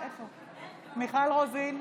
מוסי רז,